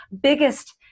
biggest